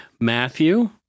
Matthew